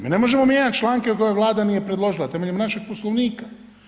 Mi ne možemo mijenjati članke ako ih Vlada nije predložila temeljem našeg Poslovnika.